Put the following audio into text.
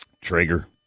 Traeger